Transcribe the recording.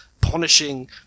punishing